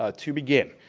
ah to begin.